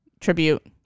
tribute